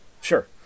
Sure